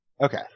Okay